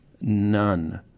none